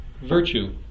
Virtue